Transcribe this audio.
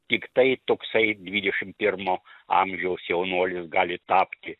tiktai toksai dvidešimt pirmo amžiaus jaunuolis gali tapti